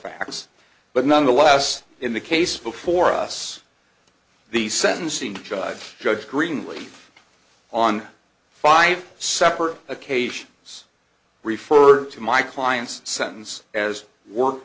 facts but nonetheless in the case before us the sentencing judge judge greenleaf on five separate occasions referred to my client's sentence as work